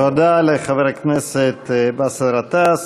תודה לחבר הכנסת באסל גטאס.